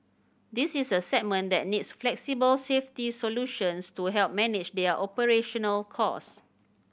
this is a segment that needs flexible safety solutions to help manage their operational costs